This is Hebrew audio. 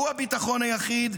שהוא הביטחון היחיד.